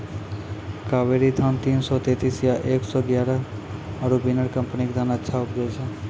कावेरी धान तीन सौ तेंतीस या एक सौ एगारह आरु बिनर कम्पनी के धान अच्छा उपजै छै?